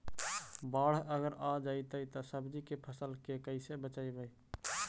बाढ़ अगर आ जैतै त सब्जी के फ़सल के कैसे बचइबै?